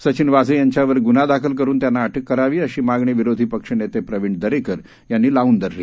सचिन वाझे यांच्यावर गुन्हा दाखल करून त्यांना अटक करावी अशी मागणी विरोधी पक्षनेते प्रवीण दरेकर यांनी लावून धरली